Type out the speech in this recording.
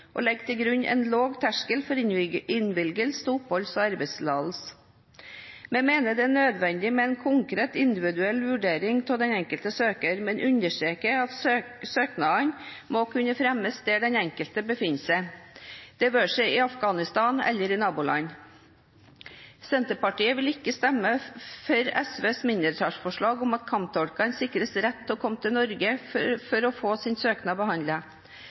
og legge til grunn en lav terskel for innvilgelse av oppholds- og arbeidstillatelse. Vi mener det er nødvendig med en konkret, individuell vurdering av den enkelte søker, men understreker at søknadene må kunne fremmes der den enkelte befinner seg – det være seg i Afghanistan eller i naboland. Senterpartiet vil ikke stemme for SVs mindretallsforslag om at kamptolkene sikres rett til å komme til Norge for å få sin søknad behandlet.